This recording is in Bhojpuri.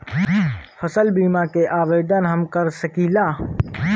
फसल बीमा के आवेदन हम कर सकिला?